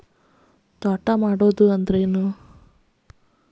ತೋಟ ಮಾಡುದು ಅಂದ್ರ ಏನ್?